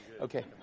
Okay